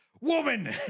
woman